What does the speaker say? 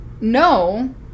No